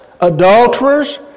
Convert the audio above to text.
adulterers